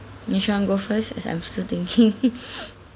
nesh want go first as I'm still thinking